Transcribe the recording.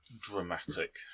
Dramatic